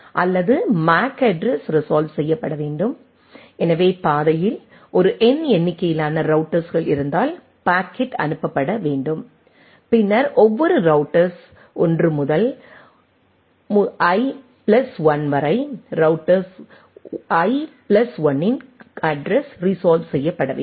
அல்லது MAC address resolve செய்யப்பட வேண்டும் எனது பாதையில் ஒரு n எண்ணிக்கையிலான ரௌட்டர்ஸ்கள் இருந்தால் பாக்கெட் அனுப்பப்பட வேண்டும் பின்னர் ஒவ்வொரு ரௌட்டர்ஸ் i முதல் i பிளஸ் 1 வரை ரௌட்டர்ஸ் i பிளஸ் 1 இன் அட்ரஸ் ரீசால்வ் செய்யப்பட வேண்டும்